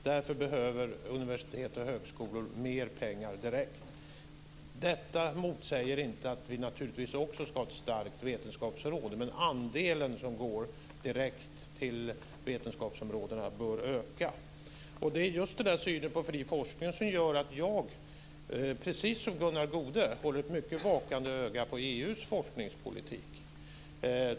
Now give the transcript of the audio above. Därför behöver universitet och högskolor mer pengar direkt. Detta motsäger inte att vi naturligtvis också ska ha ett starkt vetenskapsråd, men andelen som går direkt till vetenskapsområdena bör öka. Det är just den här synen på fri forskning som gör att jag, precis som Gunnar Goude, håller ett mycket vakande öga på EU:s forskningspolitik.